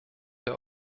der